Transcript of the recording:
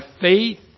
faith